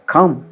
Come